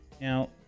Now